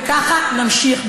וככה נמשיך,